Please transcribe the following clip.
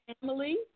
family